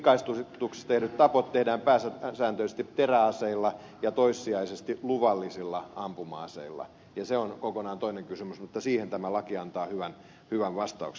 pikaistuksissa tehdyt tapot tehdään pääsääntöisesti teräaseilla ja toissijaisesti luvallisilla ampuma aseilla ja se on kokonaan toinen kysymys mutta siihen tämä laki antaa hyvän vastauksen